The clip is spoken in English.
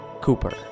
Cooper